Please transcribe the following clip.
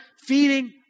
feeding